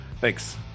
Thanks